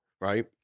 Right